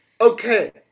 Okay